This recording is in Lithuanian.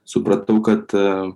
supratau kad